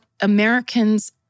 Americans